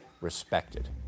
respected